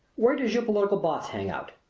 where does your political boss hang out?